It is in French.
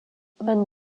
van